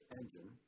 engine